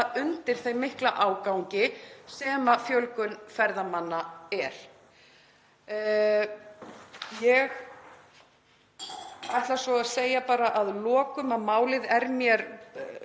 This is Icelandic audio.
undir þeim mikla ágangi sem hlýst af fjölgun ferðamanna. Ég ætla svo að segja að lokum að málið er mér